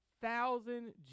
thousand